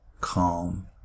calm